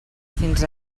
fins